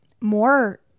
More